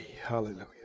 Hallelujah